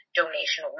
donation